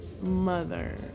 mother